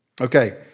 Okay